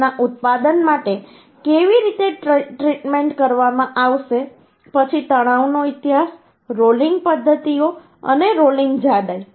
સ્ટીલના ઉત્પાદન માટે કેવી રીતે ટ્રીટમેન્ટ કરવામાં આવશે પછી તણાવનો ઇતિહાસ રોલિંગ પદ્ધતિઓ અને રોલિંગ જાડાઈ